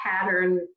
pattern